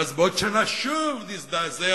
ואז בעוד שנה שוב נזדעזע: